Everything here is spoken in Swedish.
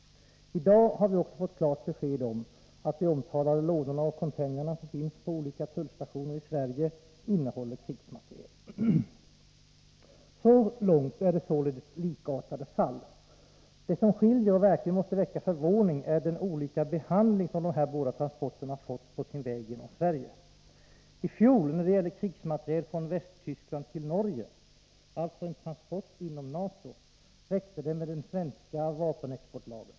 I dag har vi också fått klart besked om att de omtalade lådorna och containrarna, som finns på olika tullstationer i Sverige, innehåller krigsmateriel. Så långt är det således likartade fall. Det som skiljer och verkligen måste väcka förvåning är den olika behandling som de här båda transporterna fått på sin väg genom Sverige. I fjol, när det gällde krigsmateriel från Västtyskland till Norge, alltså en transport inom NATO, räckte det med den svenska vapenexportlagen.